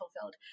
fulfilled